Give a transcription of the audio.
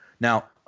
Now